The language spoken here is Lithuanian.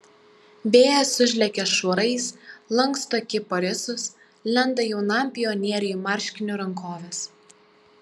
vėjas užlekia šuorais lanksto kiparisus lenda jaunam pionieriui į marškinių rankoves